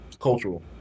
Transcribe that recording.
Cultural